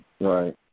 Right